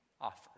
offered